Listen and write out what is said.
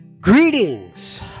Greetings